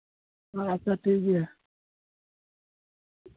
ᱟᱪᱪᱷᱟ ᱴᱷᱤᱠᱜᱮᱭᱟ